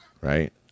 right